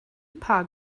paar